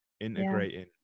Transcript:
integrating